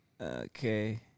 Okay